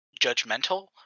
judgmental